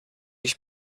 ich